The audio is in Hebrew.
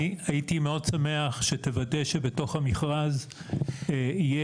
אני הייתי מאוד שמח שתוודא שבתוך המכרז יהיה